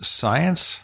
science